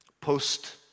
Post